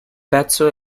pezzo